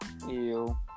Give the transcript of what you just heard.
Ew